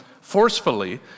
forcefully